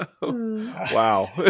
Wow